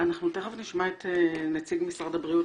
אנחנו תיכף נשמע את נציג משרד הבריאות,